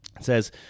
says